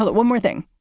but one more thing,